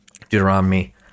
Deuteronomy